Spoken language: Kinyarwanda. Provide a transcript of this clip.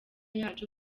yacu